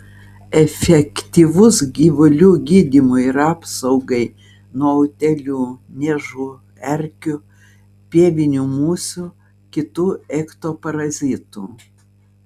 efektyvus gyvulių gydymui ir apsaugai nuo utėlių niežų erkių pievinių musių kitų ektoparazitų